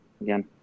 again